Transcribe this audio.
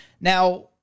Now